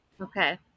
okay